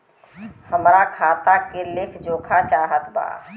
हमरा खाता के लेख जोखा चाहत बा?